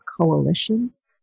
coalitions